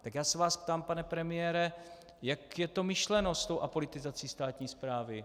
Tak já se vás ptám, pane premiére, jak je to myšleno s tou apolitizací státní správy?